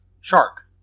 shark